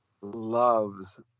loves